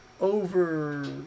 over